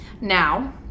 Now